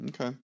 Okay